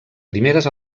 primeres